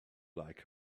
like